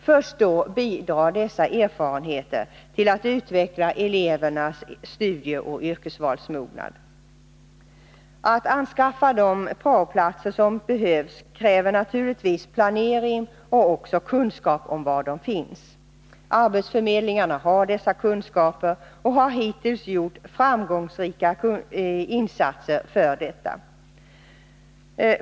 Först då bidrar dessa erfarenheter till att utveckla elevernas studieoch yrkesvalsmognad. Att anskaffa de prao-platser som behövs kräver naturligtvis planering och också kunskap om var de finns. Arbetsförmedlingarna har dessa kunskaper och har hittills gjort framgångsrika insatser för detta.